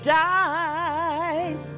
died